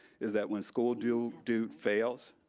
is that when school do do fails,